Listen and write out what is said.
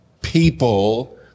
people